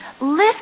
Lift